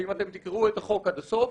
שאם אתם תקראו את החוק עד הסוף,